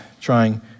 trying